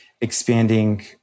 expanding